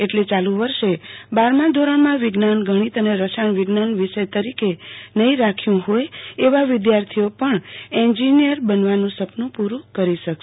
અટલે ચાલુ વર્ષે બારમા ધોરણમાં વિજ્ઞાન ગણિત અને રસાયણ વિજ્ઞાન વિષય તરીકે નહીં રાખ્યું હોય એવા વિદ્યાર્થિઓ પણ એન્જીનીયર બનવાનું સપનું પુરું કરી શકશે